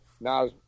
now